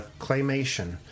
Claymation